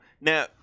Now